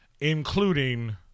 including